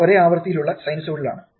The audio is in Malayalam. ഇത് ഒരേ ആവൃത്തിയിലുള്ള സൈനസോയ്ഡ് ആണ്